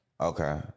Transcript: Okay